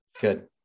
Good